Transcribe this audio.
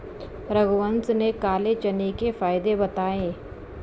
रघुवंश ने काले चने के फ़ायदे बताएँ